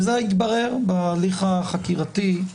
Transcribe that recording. וזה התברר בהליך החקירתי,